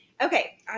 Okay